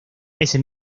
ese